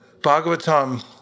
Bhagavatam